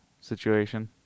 situation